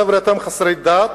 חבר'ה, אתם חסרי דת.